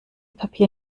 papier